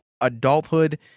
adulthood